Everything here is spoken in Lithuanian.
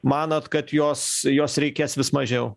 manot kad jos jos reikės vis mažiau